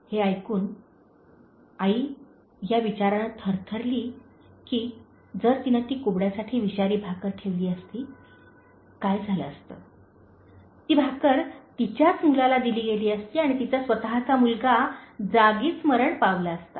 हे ऐकून आई या विचाराने थरथरली की जर तिने ती कुबड्यासाठी विषारी भाकर ठेवली असती काय झाले असते ती भाकर तिच्याच मुलाला दिली गेली असती आणि तिचा स्वतःचा मुलगा जागीच मरण पावला असता